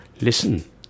listen